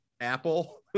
apple